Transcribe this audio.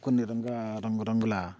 కొన్ని రంగా రంగురంగుల